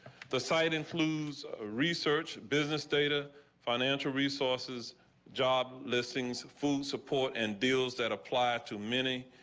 the site in fleas ah research business data financial resources job listings full support and deals that apply to many.